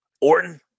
Orton